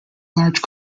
large